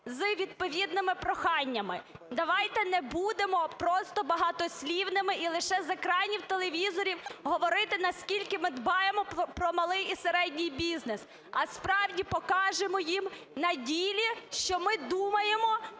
з відповідними проханнями. Давайте не будемо просто багатослівними і лише з екранів телевізорів говорити, наскільки ми дбаємо про малий і середній бізнес, а справді покажемо їм на ділі, що ми думаємо